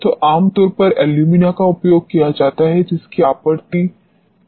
तो आम तौर पर एल्यूमिना का उपयोग किया जाता है जिसकी आपूर्ति निर्माताओं द्वारा की जाती है